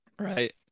right